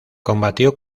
combatió